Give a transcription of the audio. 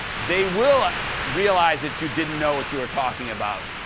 they will realize that you didn't know what you were talking about,